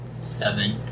Seven